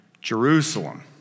Jerusalem